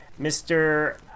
Mr